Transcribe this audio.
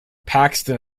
paxton